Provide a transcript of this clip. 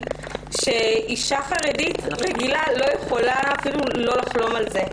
שאישה חרדית רגילה לא יכולה אפילו לחלום על זה.